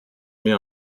mets